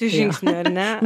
žingsnį ar ne